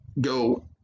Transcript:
go